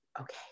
Okay